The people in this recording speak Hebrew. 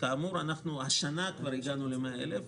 כאמור השנה כבר הגענו ל-100,000.